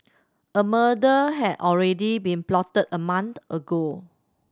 a murder had already been plotted a month ago